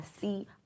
see